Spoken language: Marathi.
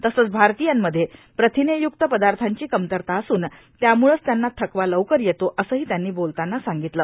तसंच भारतीयांमध्ये प्रथिनेय्क्त पदार्थांची कमतरता असून त्यामुळचं त्यांना थकवा लवकर येतो असंही त्यांनी बोलताना सांगितलं